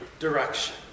direction